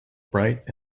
bright